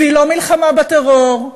ולא מלחמה בטרור,